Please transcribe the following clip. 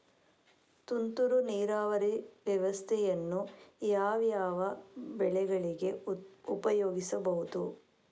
ತುಂತುರು ನೀರಾವರಿ ವ್ಯವಸ್ಥೆಯನ್ನು ಯಾವ್ಯಾವ ಬೆಳೆಗಳಿಗೆ ಉಪಯೋಗಿಸಬಹುದು?